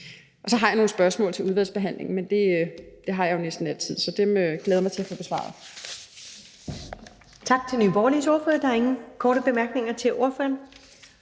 Og så har jeg nogle spørgsmål til udvalgsbehandlingen, men det har jeg jo næsten altid, så dem glæder jeg mig til at få besvaret. Kl. 20:12 Første næstformand (Karen Ellemann): Tak til Nye Borgerliges ordfører. Der er ingen korte bemærkninger til ordføreren.